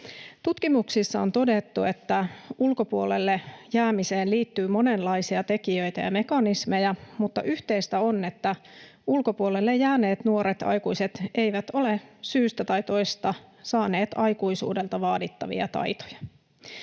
Tutkimuksissa on todettu, että ulkopuolelle jäämiseen liittyy monenlaisia tekijöitä ja mekanismeja, mutta yhteistä on, että ulkopuolelle jääneet nuoret aikuiset eivät ole syystä tai toisesta saaneet aikuisuudelta vaadittavia taitoja.